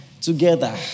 together